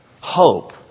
hope